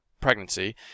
pregnancy